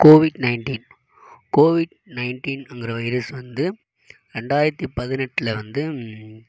Covid nineteen Covid நைன்ட்டின்ங்கிற virus வந்து ரெண்டாயிரத்தி பதினெட்டில்